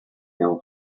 know